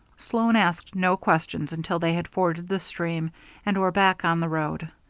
sloan asked no questions until they had forded the stream and were back on the road.